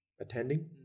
attending